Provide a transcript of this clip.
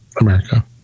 America